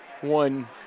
one